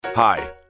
Hi